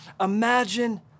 imagine